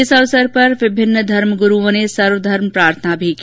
इस अवसर पर विभिन्न धर्मग्रुओं ने सर्वधर्म प्रार्थना की